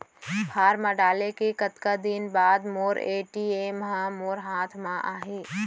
Form डाले के कतका दिन बाद मोर ए.टी.एम ह मोर हाथ म आही?